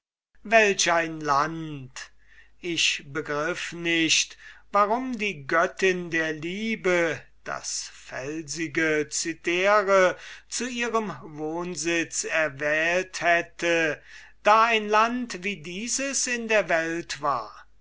welch ein land ich begriff nicht warum die göttin der liebe cythere zu ihrem wohnsitz erwählt hätte da ein land wie dieses in der welt war